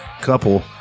Couple